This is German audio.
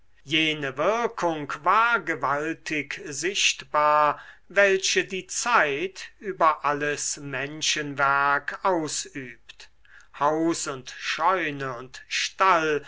jene wirkung war gewaltig sichtbar welche die zeit über alles menschenwerk ausübt haus und scheune und stall